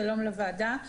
שלום לוועדה.